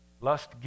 Lust